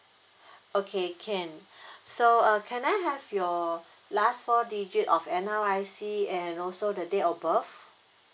okay can so uh can I have your last four digit of N_R_I_C and also the date of birth